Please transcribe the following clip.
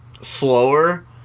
slower